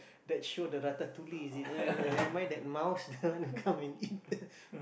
that show the ratatouille is it am I that mouse come and eat